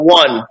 one